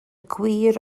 gwir